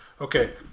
Okay